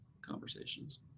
conversations